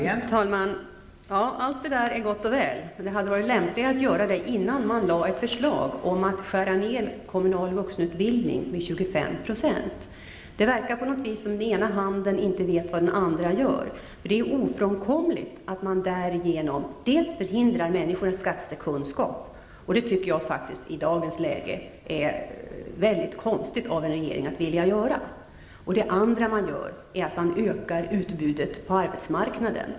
Fru talman! Allt detta är gott och väl, men det hade varit lämpligare att göra det innan man lade ett förslag om att skära ned kommunal vuxenutbildning med 25 %. Det verkar som om den ena handen inte vet vad den andra gör. Det är ofrånkomligt att man därigenom dels förhindrar människor att skaffa sig kunskap -- jag tycker faktiskt att det är mycket konstigt att en regering vill göra det i dagens läge --, dels ökar utbudet på arbetsmarknaden.